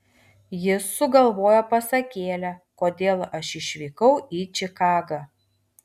jis sugalvojo pasakėlę kodėl aš išvykau į čikagą